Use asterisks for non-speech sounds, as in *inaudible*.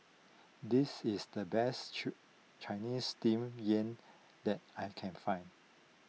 this is the best *noise* Chinese Steamed Yam that I can find